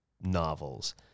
novels